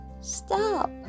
STOP